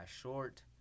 short